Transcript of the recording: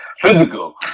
physical